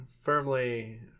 firmly